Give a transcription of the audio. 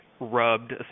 rubbed